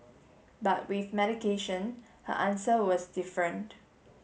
but with medication her answer was different